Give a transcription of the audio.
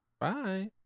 Bye